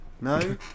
No